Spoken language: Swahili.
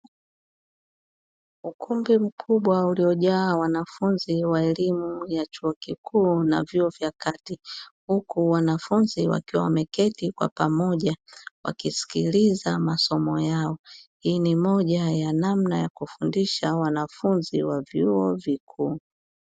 Ukumbi mkubwa uliojaa wanafunzi wa elimu ya chuo kikuu na vyuo vya kati, huku wanafunzi wakiwa wameketi kwa pamoja wakisikiliza masomo yao hii ni moja ya namna ya kufundisha wanafunzi wa vyuo vikuu.